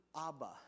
Abba